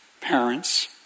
parents